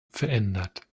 verändert